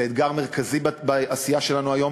זה אתגר מרכזי בעשייה שלנו היום.